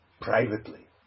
privately